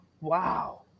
Wow